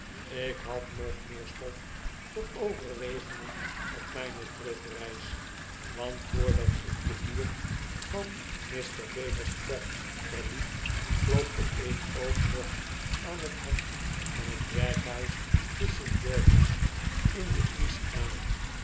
ik had nog meer stof tot overwegingen op mijne terugreis want vrdat ik de buurt van mr baker's trap verliet klopte ik ook nog aan t hek van t werkhuis te st georgesin the east aan